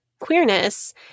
queerness